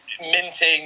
minting